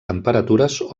temperatures